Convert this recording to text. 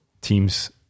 teams